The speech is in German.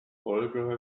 wolga